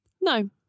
No